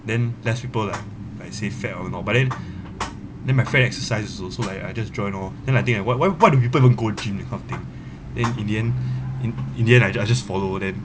then less people like like say fat or not but then then my friend exercises also so like I just join lor then I think ah why why why do people go gym that kind of thing then in the end in in the end I ju~ just followed then